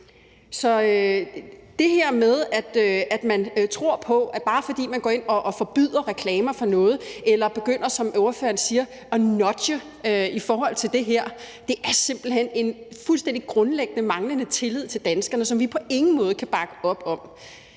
Så det her med, at man tror på, at man bare kan gå ind og forbyde reklame for noget, eller man, som ordføreren siger, begynder at nudge i forhold til det her, er simpelt hen udtryk for en fuldstændig grundlæggende manglende tillid til danskerne, som vi på ingen måde kan bakke op om.